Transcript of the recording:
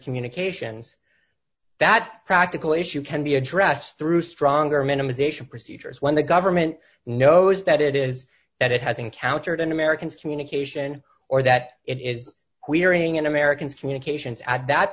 communications that practical issue can be addressed through stronger minimisation procedures when the government knows that it is that it has encountered an americans communication or that it is querying and americans communications at that